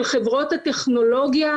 של חברות הטכנולוגיה,